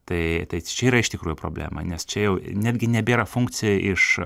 tai čia yra iš tikrųjų problema nes čia jau netgi nebėra funkcija iš